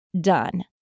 done